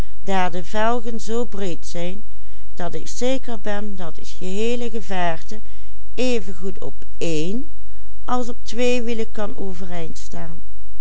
als op twee wielen kan